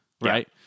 right